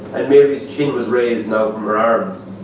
and mary's chin was raised now from her arms.